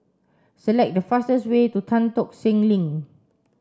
select the fastest way to Tan Tock Seng Link